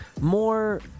more